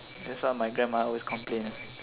that's why my grandma always complain